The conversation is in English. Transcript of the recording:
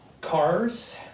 cars